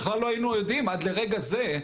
בכלל לא היינו יודעים עד לרגע זה.